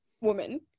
woman